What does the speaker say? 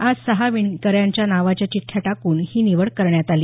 आज सहा वीणेकरांच्या नावाच्या चिठ्ठ्या टाकून ही निवड करण्यात आली